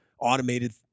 automated